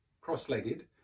cross-legged